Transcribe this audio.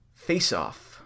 face-off